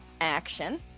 action